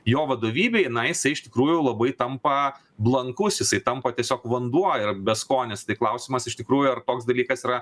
jo vadovybei na jisai iš tikrųjų labai tampa blankus jisai tampa tiesiog vanduo ir beskonis tai klausimas iš tikrųjų ar koks dalykas yra